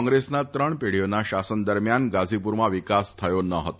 કોંગ્રેસના ત્રણ પેઢીઓના શાસન દરમ્યાન ગાઝીપુરમાં વિકાસ થયો ન હતો